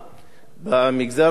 במגזר הערבי,